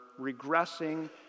regressing